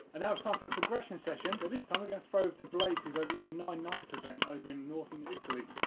and now it's time for a progression session, but this time we're going to throw it to blake who's over at the nine nights event over in northern italy.